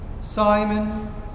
Simon